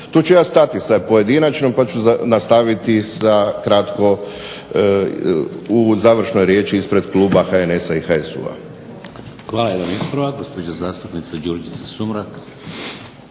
Tu ću ja stati sa pojedinačnom pa ću nastaviti kratko u završnoj riječi ispred kluba HNS-a i HSU-a. **Šeks, Vladimir (HDZ)** Hvala. Jedan ispravak, gospođa zastupnica Đurđica Sumrak.